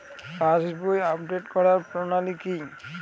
পাসবই update করার প্রণালী কি?